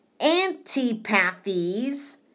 Antipathies